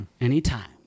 anytime